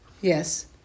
Yes